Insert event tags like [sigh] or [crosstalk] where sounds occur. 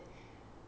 [breath]